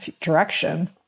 direction